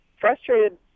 frustrated